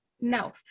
No